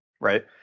right